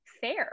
fair